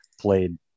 Played